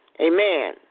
amen